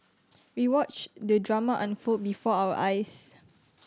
we watched the drama unfold before our eyes